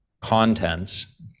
contents